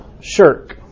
Shirk